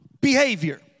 behavior